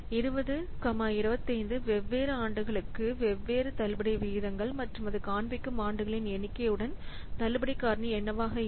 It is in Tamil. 20 25 வெவ்வேறு ஆண்டுகளுக்கு வெவ்வேறு தள்ளுபடி விகிதங்கள் மற்றும் அது காண்பிக்கும் ஆண்டுகளின் எண்ணிக்கையுடன் தள்ளுபடி காரணி என்னவாக இருக்கும்